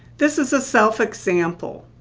this is a self example.